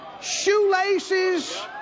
shoelaces